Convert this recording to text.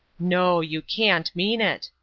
no! you can't mean it!